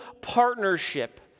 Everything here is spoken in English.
partnership